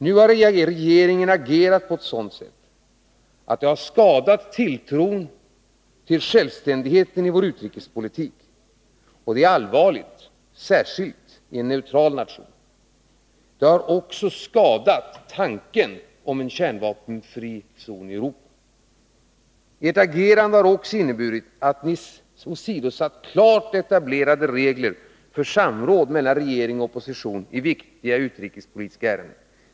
Nu har regeringen agerat på ett sådant sätt att det har skadat tilltron till självständigheten i vår utrikespolitik. Det är allvarligt, särskilt i en neutral nation. Det har också skadat tanken på en kärnvapenfri zon i Europa. Ert agerande har också inneburit att ni åsidosatt "klart etablerade regler för samråd mellan regering och opposition i viktiga utrikespolitiska ärenden.